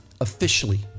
officially